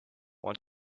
want